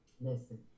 listen